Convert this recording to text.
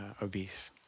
obese